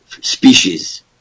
species